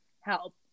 help